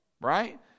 right